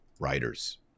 writers